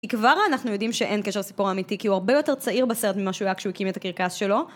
כבר אנחנו יודעים שאין קשר לסיפור אמיתי כי הוא הרבה יותר צעיר בסרט ממה שהוא היה כשהוא הקים את הקירקס שלו